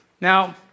Now